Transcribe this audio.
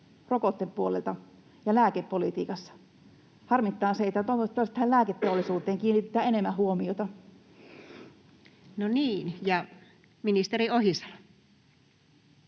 rokotepuolella ja lääkepolitiikassa. Se harmittaa, ja toivottavasti tähän lääketeollisuuteen kiinnitetään enemmän huomiota. [Speech 73] Speaker: Anu